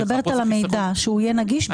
אני מדברת על כך שהמידע יהיה נגיש.